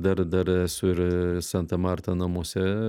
dar dar esu ir santa marta namuose